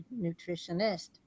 nutritionist